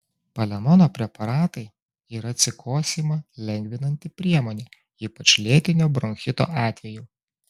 palemono preparatai yra atsikosėjimą lengvinanti priemonė ypač lėtinio bronchito atveju